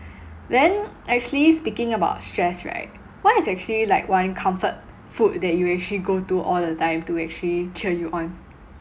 then actually speaking about stress right what is actually like one comfort food that you actually go to all the time to actually cheer you on